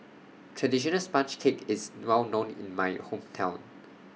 Traditional Sponge Cake IS Well known in My Hometown